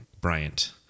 Bryant